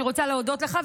אני רוצה להודות לך,